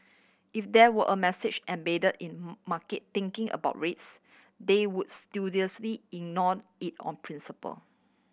if there were a message embedded in market thinking about rates they would studiously ignore it on principle